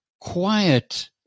quiet